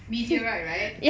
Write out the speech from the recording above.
meteorite right